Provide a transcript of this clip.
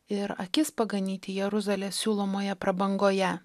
ir akis paganyti jeruzalės siūlomoje prabangoje